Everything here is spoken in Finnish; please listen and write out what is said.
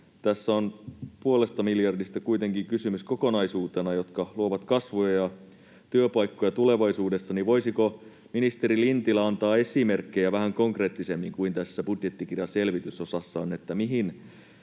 tässä on kuitenkin kysymys kokonaisuutena 0,5 miljardista, joka luo kasvua ja työpaikkoja tulevaisuudessa, niin voisiko ministeri Lintilä antaa esimerkkejä vähän konkreettisemmin kuin tässä budjettikirjan selvitysosassa on, mihin